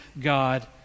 God